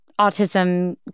autism